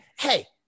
hey